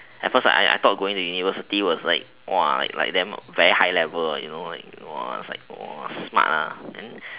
at first I I I thought like going to university was like like damn very high level you know like smart